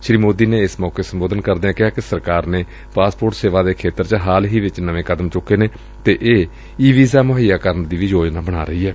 ਸ੍ਰੀ ਮੋਦੀ ਨੇ ਏਸ ਮੌਕੇ ਸੰਬੋਧਨ ਕਰਦਿਆਂ ਕਿਹਾ ਕਿ ਸਰਕਾਰ ਨੇ ਪਾਸਪੋਰਟ ਸੇਵਾ ਦੇ ਖੇਤਰ ਚ ਹਾਲ ਹੀ ਵਿਚ ਨਵੇ ਕਦਮ ਚੁੱਕੇ ਨੇ ਅਤੇ ਇਹ ਈ ਵੀਜ਼ਾ ਮੁਹੱਈਆ ਕਰਨ ਦੀ ਯੋਜਨਾ ਬਣਾ ਰਹੀ ਏ